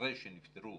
אחרי שנפתרו